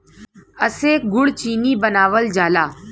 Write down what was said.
एसे गुड़ चीनी बनावल जाला